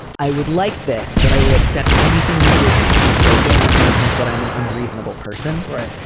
i would like this, but i will accept anything you give me because i don't want you to think that i'm an unreasonable person. right.